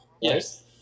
Yes